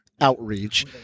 outreach